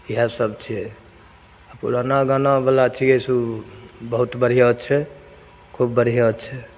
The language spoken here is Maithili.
इहएसब छियै आ पुराना गानाबला छियै सुर बहुत बढ़िऑं छै खूब बढ़िऑं छै